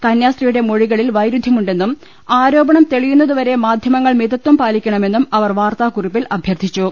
കന്യാസ്ത്രീയുടെ മൊഴികളിൽ വൈരുധ്യമുണ്ടെന്നും ആരോപണം തെളിയുന്നത് വരെ മാധ്യമങ്ങൾ മിതത്വം പാലിക്കണമെന്നും അവർ വാർത്താകുറിപ്പിൽ അഭ്യർത്ഥിച്ചു